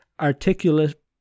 articulate